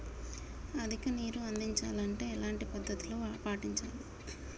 అధిక నీరు అందించాలి అంటే ఎలాంటి పద్ధతులు పాటించాలి?